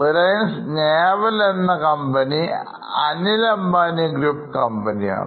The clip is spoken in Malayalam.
Reliance Naval എന്നകമ്പനി Anil Ambani group കമ്പനിയാണ്